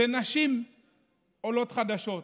נשים עולות חדשות,